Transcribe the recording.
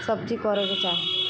सबचीज करैके चाही